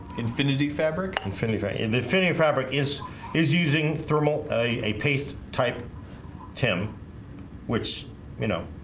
infinity fabric infinity vent and the affinity of fabric is is using thermal a paste type tim which you know?